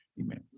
Amen